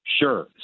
Sure